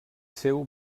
seu